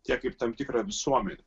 tiek ir tam tikrą visuomenę